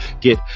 get